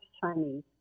Chinese